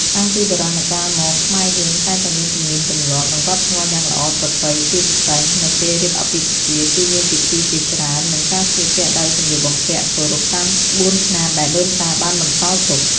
តាំងពីបុរាណកាលមកខ្មែរយើងតែងតែមានទំនៀមទម្លាប់និងវប្បធម៏យ៉ាងល្អប្រពៃជាពិសេស នៅពេលរៀបអាពាពិពាណ៍គឺមានពិធីជាច្រើន និងការស្លៀកពាក់ដោយសំលៀកបំពាក់គោរពតាមក្បួនខ្នាតដែលដូនតាបានបន្សល់ទុក។